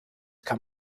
kann